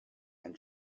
and